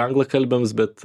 anglakalbiams bet